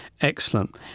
Excellent